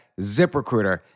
ZipRecruiter